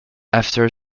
after